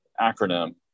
acronym